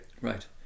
Right